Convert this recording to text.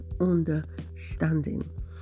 understanding